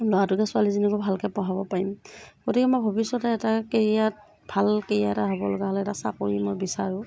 ল'আটোকে ছোৱালীজনীকে ভালকৈ পঢ়াব পাৰিম গতিকে মই ভৱিষ্যতে এটা কেৰিয়াৰত ভাল কেৰিয়াৰ এটা হ'ব লগা হ'লে এটা চাকৰি মই বিচাৰোঁ